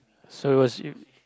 so was